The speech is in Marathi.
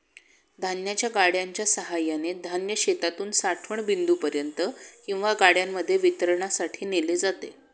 धान्याच्या गाड्यांच्या सहाय्याने धान्य शेतातून साठवण बिंदूपर्यंत किंवा गाड्यांमध्ये वितरणासाठी नेले जाते